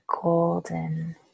golden